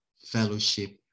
fellowship